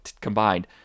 combined